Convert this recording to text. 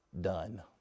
Done